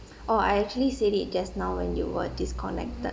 oh I actually said it just now when you were disconnected